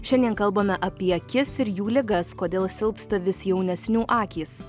šiandien kalbame apie akis ir jų ligas kodėl silpsta vis jaunesnių akys